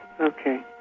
okay